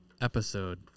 episode